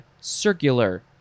circular